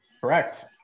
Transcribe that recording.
correct